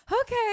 okay